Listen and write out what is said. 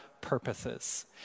purposes